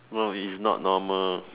no it is not normal